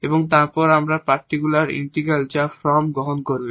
এবং তারপর আমরা পার্টিকুলার ইন্টিগ্রাল যা ফর্ম গ্রহণ করবে